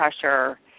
pressure